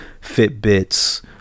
fitbits